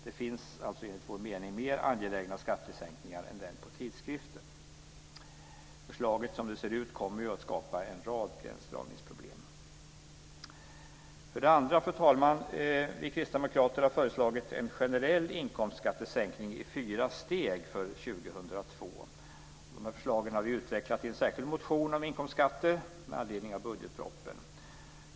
Det finns enligt vår mening mer angelägna skattesänkningar än den på tidskrifter. Förslaget kommer som det ser ut att skapa en rad gränsdragningsproblem. För det andra, fru talman, har vi kristdemokrater föreslagit en generell inkomstskattesänkning i fyra steg. De här förslagen har vi utvecklat i en särskild motion om inkomstskatter med anledning av budgetpropositionen för 2002.